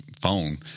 phone